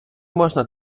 можна